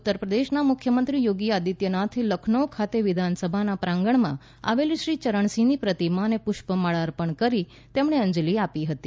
ઉત્તર પ્રદેશના મુખ્યમંત્રી યોગી આદિત્યનાથે લખનો ખાતે વિધાનસભાના પ્રાંગણમાં આવેલી શ્રી ચરણસિંહની પ્રતિમાને પુષ્પમાળા અર્પણ કરી તેમણે અંજલિ આપી હતી